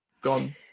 gone